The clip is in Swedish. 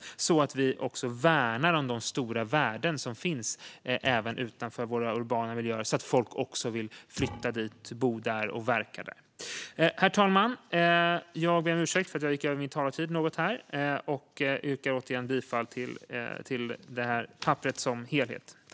På så sätt kan vi också värna om de stora värden som finns utanför våra urbana miljöer så att folk vill flytta dit, bo där och verka där. Herr talman! Jag ber om ursäkt för att jag gick över min talartid något. Jag yrkar återigen bifall till förslaget i betänkandet som helhet.